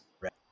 right